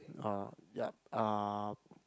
orh yup uh